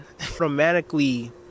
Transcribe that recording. dramatically